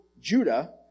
Judah